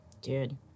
Dude